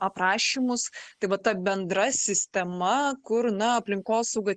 aprašymus tai va ta bendra sistema kur na aplinkosauga